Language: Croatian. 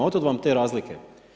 Otud vam te razlike.